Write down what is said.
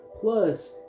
Plus